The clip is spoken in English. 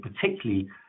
particularly